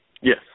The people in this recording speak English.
Yes